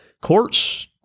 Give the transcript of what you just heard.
court's